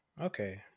Okay